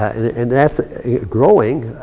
and and that's growing.